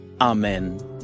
Amen